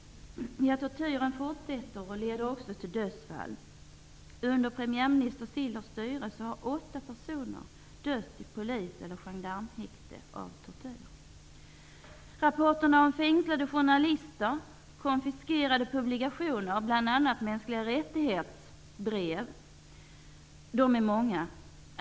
Tortyren fortsätter och leder också till dödsfall. personer dött i polis eller gendarmhäkte av tortyr. Rapporterna om fängslade journalister, konfiskerade publikationer, bl.a. brev om mänskliga rättigheter, är många.